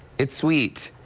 it's sweet.